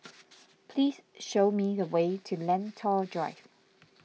please show me the way to Lentor Drive